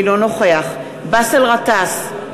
אינו נוכח באסל גטאס,